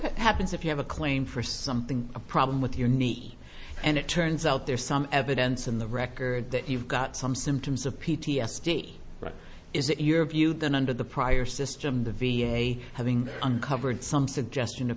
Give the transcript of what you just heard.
happens if you have a claim for something a problem with unique and it turns out there's some evidence in the record that you've got some symptoms of p t s d but is it your view that under the prior system the v a having uncovered some suggestion of